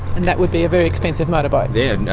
and that would be a very expensive motorbike. yeah